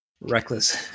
reckless